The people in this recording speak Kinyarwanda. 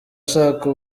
shaka